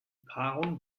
paarung